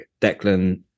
Declan